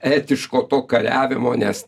etiško to kariavimo nes